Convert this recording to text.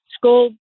school